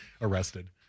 arrested